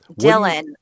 Dylan